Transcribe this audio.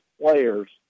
players